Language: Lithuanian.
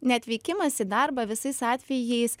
neatvykimas į darbą visais atvejais